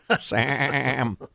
Sam